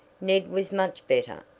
ned was much better,